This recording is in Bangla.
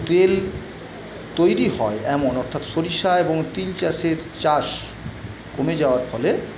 তেল তৈরি হয় এমন অর্থাৎ সরিষা এবং তিল চাষের চাষ কমে যাওয়ার ফলে